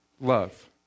love